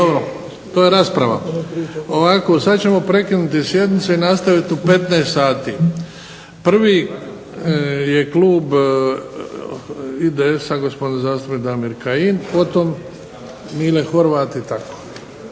(HDZ)** To je rasprava. Ovako, sada ćemo prekinuti sjednicu i nastaviti u 15 sati. Prvi je Klub IDS-a gospodin zastupnik Damir Kajin, pa Mile Horvat itd.